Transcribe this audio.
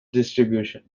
distribution